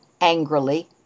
angrily